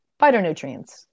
phytonutrients